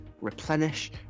replenish